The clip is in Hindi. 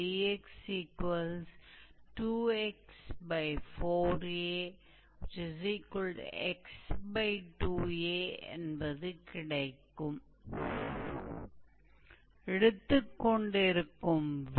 तो 0 से 2a dydx शीर्ष से मापा जाता है एक्सट्रीमिटी के शिर्ष से